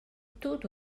tudo